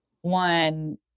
one